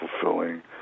fulfilling